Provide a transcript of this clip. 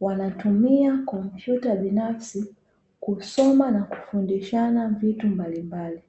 wanatumia kompyuta binafsi kusoma na kufundishana vitu mbali mbali.